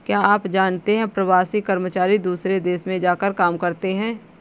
क्या आप जानते है प्रवासी कर्मचारी दूसरे देश में जाकर काम करते है?